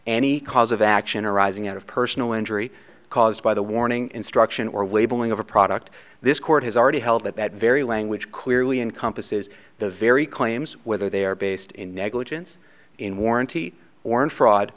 any cause of action arising out of personal injury caused by the warning instruction or wavering of a product this court has already held that that very language clearly encompasses the very claims whether they are based in negligence in warranty or in fraud